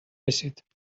رسید